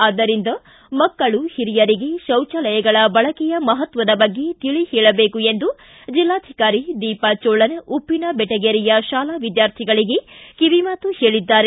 ಆದ್ದರಿಂದ ಮಕ್ಕಳು ಹಿರಿಯರಿಗೆ ಶೌಚಾಲಯಗಳ ಬಳಕೆಯ ಮಹತ್ವದ ಬಗ್ಗೆ ತಿಳಿ ಹೇಳಬೇಕು ಎಂದು ಜಲ್ಲಾಧಿಕಾರಿ ದೀಪಾ ಜೋಳನ್ ಉಪ್ಪಿನಬೇಟಗೆರೆಯ ಶಾಲಾ ವಿದ್ವಾರ್ಥಿಗಳಿಗೆ ಕಿವಿ ಮಾತು ಹೇಳಿದ್ದಾರೆ